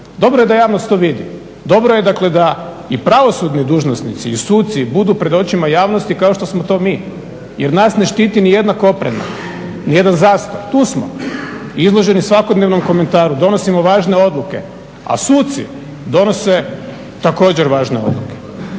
Dobro je da javnost to vidi, dobro je dakle da i pravosudni dužnosnici i suci budu pred očima javnosti kao što smo to mi jer nas ne štiti ni jedna koprena, ni jedan zastor. Tu smo izloženi svakodnevnom komentaru, donosimo važne odluke a suci donose također važne odluke